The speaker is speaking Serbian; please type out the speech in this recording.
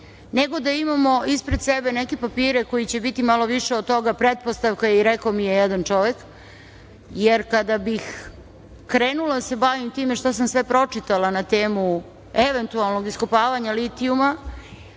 nego da imamo ispred sebe neke papire koji će biti malo više od toga pretpostavka i – rekao mi je jedan čovek. Kada bih krenula da se bavim time šta sam sve pročitala na temu eventualnog iskopavanja litijuma,